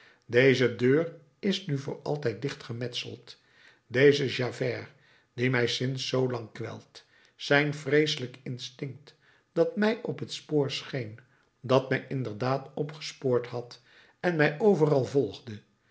deze deur is nu voor altijd dicht gemetseld deze javert die mij sinds zoo lang kwelt zijn vreeselijk instinct dat mij op t spoor scheen dat mij inderdaad opgespoord had en mij overal volgde